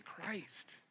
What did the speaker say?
Christ